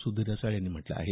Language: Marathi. सुधीर रसाळ यांनी म्हटलं आहे